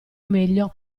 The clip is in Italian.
meglio